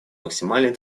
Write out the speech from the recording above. максимальной